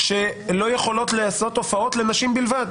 שלא יכולות לעשות הופעות לנשים בלבד,